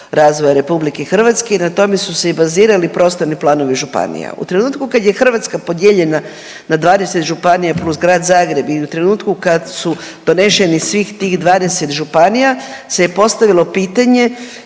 razvoja RH i na tome su se i bazirali prostorni planovi županija. U trenutku kad je Hrvatska podijeljena na 20 županija plus Grad Zagreb i u trenutku kad su doneseni svih tih 20 županija se je postavilo pitanje